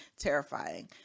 terrifying